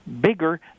bigger